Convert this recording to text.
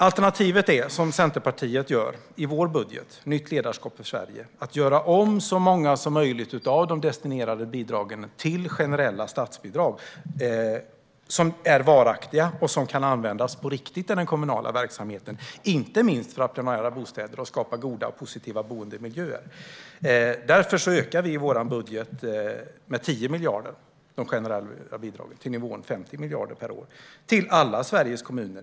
Alternativet är att göra som Centerpartiet gör i vår budget Nytt ledarskap för Sverige : att göra om så många som möjligt av de destinerade bidragen till generella statsbidrag som är varaktiga och som kan användas på riktigt i den kommunala verksamheten, inte minst för att premiera bostäder och skapa goda och positiva boendemiljöer. Därför ökar vi i vår budget de generella bidragen med 10 miljarder till nivån 50 miljarder per år till alla Sveriges kommuner.